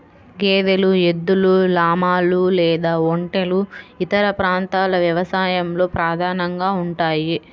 గేదెలు, ఎద్దులు, లామాలు లేదా ఒంటెలు ఇతర ప్రాంతాల వ్యవసాయంలో ప్రధానంగా ఉంటాయి